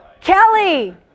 Kelly